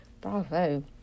Bravo